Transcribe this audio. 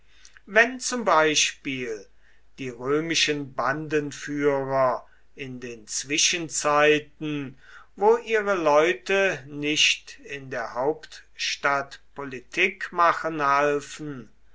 wenn zum beispiel die römischen bandenführer in den zwischenzeiten wo ihre leute nicht in der hauptstadt politik machen halfen